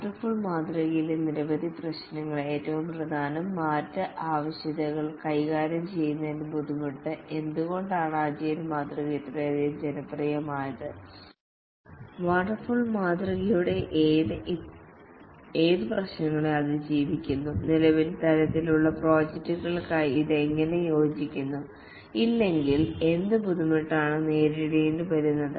waterfall മാതൃകയിലെ നിരവധി പ്രശ്നങ്ങൾ ഏറ്റവും പ്രധാനം മാറ്റ ആവശ്യകതകൾ കൈകാര്യം ചെയ്യുന്നതിലെ ബുദ്ധിമുട്ട് എന്തുകൊണ്ടാണ് അജിലേ മാതൃക ഇത്രയധികം ജനപ്രിയമായത് വെള്ളച്ചാട്ടത്തിന്റെ മാതൃകയുടെ ഏത് പ്രശ്നങ്ങളെ അതിജീവിക്കുന്നു നിലവിലെ തരത്തിലുള്ള പ്രോജക്ടുകളുമായി ഇത് എങ്ങനെ യോജിക്കുന്നു ഇല്ലെങ്കിൽ എന്ത് ബുദ്ധിമുട്ടാണ് നേരിടേണ്ടിവരുന്നത്